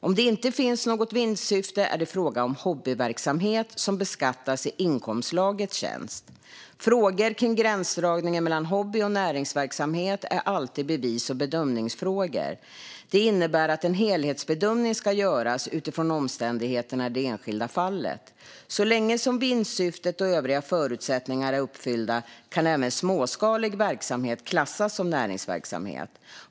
Om det inte finns något vinstsyfte är det fråga om hobbyverksamhet som beskattas i inkomstslaget tjänst. Frågor kring gränsdragningen mellan hobby och näringsverksamhet är alltid bevis och bedömningsfrågor. Det innebär att en helhetsbedömning ska göras utifrån omständigheterna i det enskilda fallet. Så länge som vinstsyftet och övriga förutsättningar är uppfyllda kan även småskalig verksamhet klassas som näringsverksamhet.